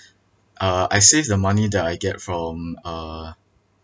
uh I save the money that I get from uh